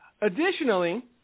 Additionally